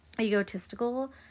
egotistical